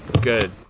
good